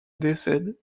décède